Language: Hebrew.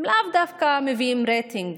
הם לאו דווקא מביאים רייטינג,